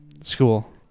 School